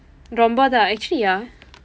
ரொம்ப தான்:rompa thaan actually ya